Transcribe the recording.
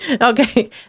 Okay